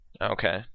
Okay